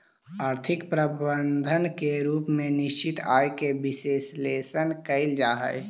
आर्थिक प्रबंधन के रूप में निश्चित आय के विश्लेषण कईल जा हई